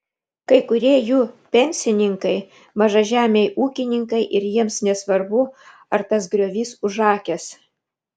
kai kurie jų pensininkai mažažemiai ūkininkai ir jiems nesvarbu ar tas griovys užakęs